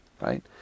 right